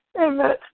Amen